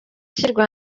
ishyirwa